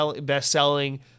best-selling